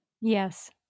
Yes